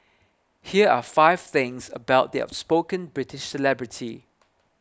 here are five things about the outspoken British celebrity